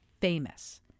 famous